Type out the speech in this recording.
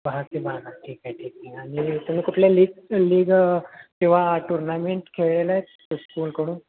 दहा ते बारा ठीक आहे ठीक आणि तुम्ही कुठल्या लीग लीग किंवा टूर्नामेंट खेळलेला आहात सर स्कूलकडून